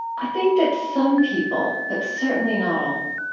i think that some people, but certainly not all,